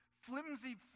flimsy